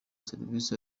serivisi